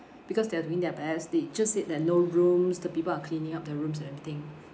because they are doing their best they just said that no rooms the people are cleaning up the rooms and everything